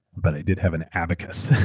but i did have an abacus.